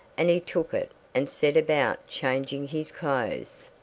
and he took it and set about changing his clothes.